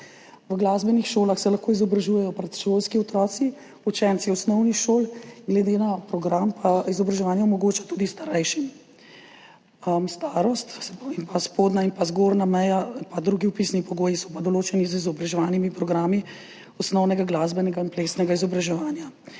V glasbenih šolah se lahko izobražujejo predšolski otroci, učenci osnovnih šol, glede na program pa izobraževanje omogoča tudi starejšim. Starost ter spodnja in zgornja meja pa drugi vpisni pogoji so pa določeni z izobraževalnimi programi osnovnega glasbenega in plesnega izobraževanja.